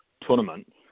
tournament